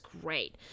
great